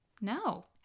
No